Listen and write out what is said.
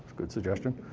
good suggestion.